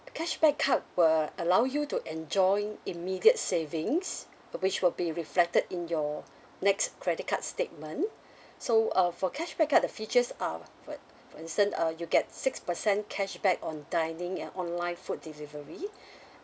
a cashback card will allow you to enjoy immediate savings uh which will be reflected in your next credit card statement so uh for cashback card the features are for for instant uh you get six percent cashback on dining and online food delivery